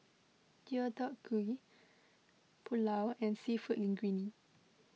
Deodeok Gui Pulao and Seafood Linguine